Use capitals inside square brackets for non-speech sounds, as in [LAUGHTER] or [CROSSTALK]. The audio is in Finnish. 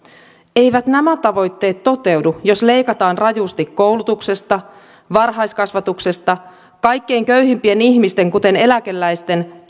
eivät nämä tavoitteet toteudu jos leikataan rajusti koulutuksesta varhaiskasvatuksesta kaikkein köyhimpien ihmisten kuten eläkeläisten [UNINTELLIGIBLE]